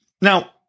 Now